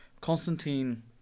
Constantine